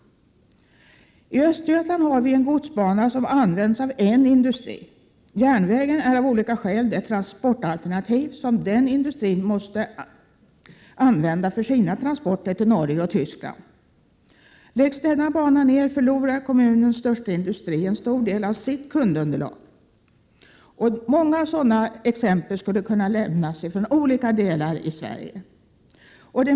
I Östergötland har vi en godsbana som används av en industri. Järnvägen är av olika skäl det transportalternativ som industrin kan använda för sina transporter till Norge och Tyskland. Läggs denna bana ner förlorar kommunens största industri en stor del av sitt kundunderlag. Många sådana exempel skulle kunna lämnas från olika delar av landet.